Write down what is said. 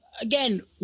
again